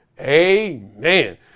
Amen